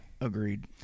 Agreed